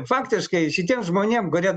faktiškai šitiem žmonėm kurie